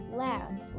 loud